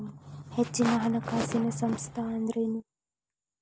ಹೆಚ್ಚಿನ ಹಣಕಾಸಿನ ಸಂಸ್ಥಾ ಅಂದ್ರೇನು?